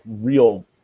real